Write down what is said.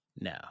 No